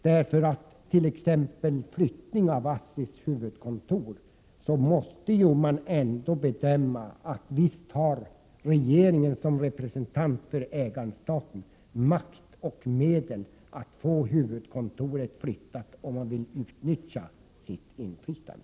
När det gäller t.ex. flyttning av ASSI:s huvudkontor har naturligtvis regeringen som representant för ägaren-staten makt och medel att se till att huvudkontoret flyttas om nu regeringen vill utnyttja sitt inflytande.